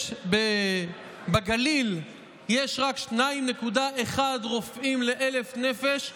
בגליל יש רק 2.1 רופאים ל-1000 נפש,